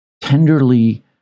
tenderly